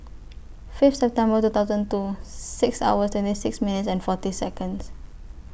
Fifth September two thousand two six hour twenty six minutes and fourteen Seconds